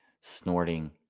snorting